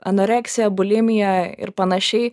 anoreksiją bulimiją ir panašiai